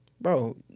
Bro